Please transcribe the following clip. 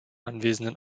anwesenden